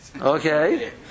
okay